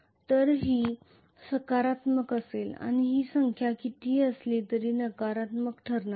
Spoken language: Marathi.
तर ही सकारात्मक असेल आणि ही संख्या कितीही असली तरी ती नकारात्मक ठरणार आहे